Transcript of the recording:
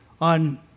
on